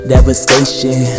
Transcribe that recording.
Devastation